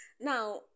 now